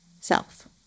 self